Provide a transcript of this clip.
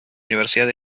universidad